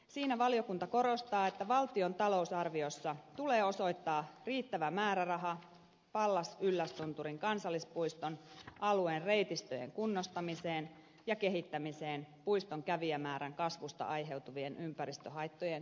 siinä valiokunta korostaa että valtion talousarviossa tulee osoittaa riittävä määräraha pallas yllästunturin kansallispuiston alueen reitistöjen kunnostamiseen ja kehittämiseen puiston kävijämäärän kasvusta aiheutuvien ympäristöhaittojen ehkäisemiseksi